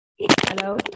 Hello